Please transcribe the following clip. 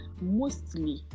mostly